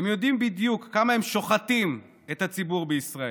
הם יודעים בדיוק כמה הם שוחטים את הציבור בישראל,